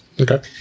Okay